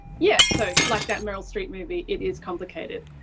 yeah, so like that meryl streep movie, it is complicated.